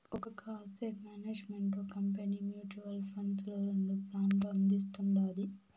ఒక asset management company mutual funds లో రెండు ప్లాన్లు అందిస్తుండాది